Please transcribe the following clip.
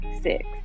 six